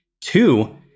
Two